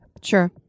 Sure